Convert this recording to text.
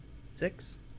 six